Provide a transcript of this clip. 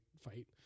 fight